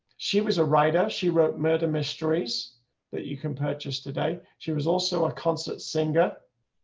she was a writer, she wrote murder mysteries that you can purchase today. she was also a concert singer.